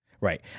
Right